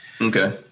Okay